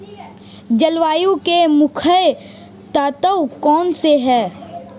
जलवायु के मुख्य तत्व कौनसे हैं?